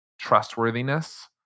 trustworthiness